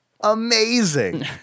amazing